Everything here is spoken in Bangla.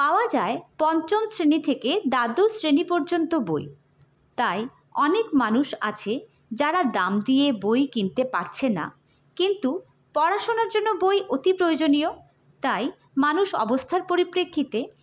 পাওয়া যায় পঞ্চম শ্রেণী থেকে দ্বাদশ শ্রেণী পর্যন্ত বই তাই অনেক মানুষ আছে যারা দাম দিয়ে বই কিনতে পারছে না কিন্তু পড়াশোনার জন্য বই অতি প্রয়োজনীয় তাই মানুষ অবস্থার পরিপ্রেক্ষিতে